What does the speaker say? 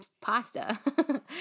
pasta